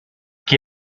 qui